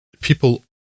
people